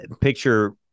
picture